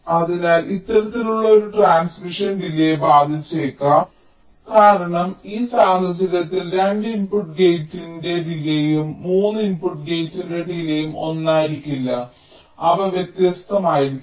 അതിനാൽ ഇത്തരത്തിലുള്ള ഒരു ട്രാൻസ്മിഷൻ ഡിലേയ് ബാധിച്ചേക്കാം കാരണം ഈ സാഹചര്യത്തിൽ 2 ഇൻപുട്ട് ഗേറ്റിന്റെ ഡിലേയ്യും 3 ഇൻപുട്ട് ഗേറ്റിന്റെ ഡിലേയ്യും ഒന്നായിരിക്കില്ല അവ വ്യത്യസ്തമായിരിക്കും